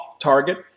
target